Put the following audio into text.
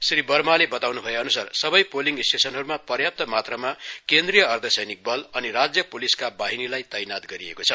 श्री वर्माले बताउन् भए अनुसार सबै पोलिग स्टेशनहरूमा पर्याप्त मात्रामा केन्द्रीय अर्ध सैनिक बल अनि राज्य पुलिसका बाहिनीलाई तैनात गरिएको छ